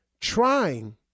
trying